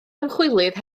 ymchwilydd